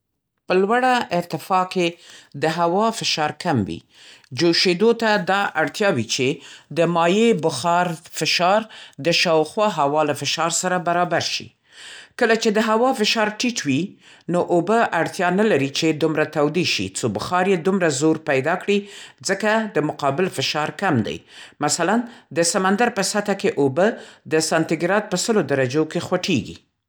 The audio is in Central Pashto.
په لوړه ارتفاع کې د هوا فشار کم وي. جوشېدو ته دا اړتیا وي چې د مایع د بخار فشار د شاوخوا هوا له فشار سره برابر شي. کله چې د هوا فشار ټیټ وي نو اوبه اړتیا نه لري چې دومره تودې شي څو بخار یې دومره زور پیدا کړي، ځکه د مقابل فشار کم دی. مثلاً: د سمندر په سطح کې اوبه د سانتی ګراد په سلو درجو کې خوټېږي.